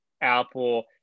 Apple